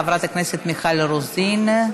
חברת הכנסת מיכל רוזין,